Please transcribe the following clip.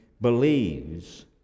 believes